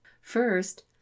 First